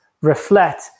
reflect